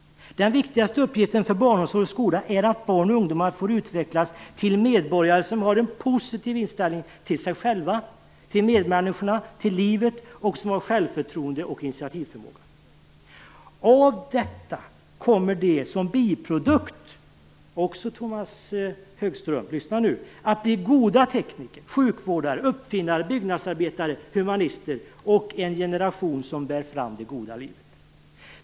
Den viktigaste uppgiften för barnomsorg och skola är att barn och ungdomar får utvecklas till medborgare som har en positiv inställning till sig själva, till medmänniskorna, till livet och som har självförtroende och initiativförmåga. Av detta kommer det som biprodukt, Tomas Högström, att bli goda tekniker, sjukvårdare, uppfinnare, byggnadsarbetare, humanister och en generation som bär fram det goda livet.